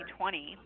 2020